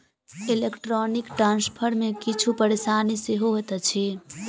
electronic transfer मे किछु परेशानी सेहो होइत अछि